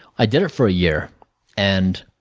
i did it for a year and